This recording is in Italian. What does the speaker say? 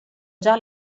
già